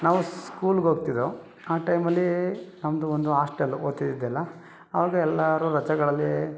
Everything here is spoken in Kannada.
ನಾವು ಸ್ಕೂಲ್ಗೆ ಹೋಗ್ತಿದ್ದೆವು ಆ ಟೈಮಲ್ಲಿ ನಮ್ಮದು ಒಂದು ಹಾಸ್ಟೆಲು ಓದ್ತಿದ್ದಿದ್ದೆಲ್ಲ ಆವಾಗ ಎಲ್ಲರೂ ರಜೆಗಳಲ್ಲಿ